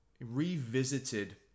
revisited